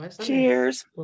Cheers